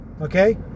okay